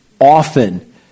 often